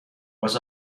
was